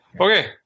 Okay